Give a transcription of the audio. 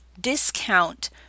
discount